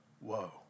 Whoa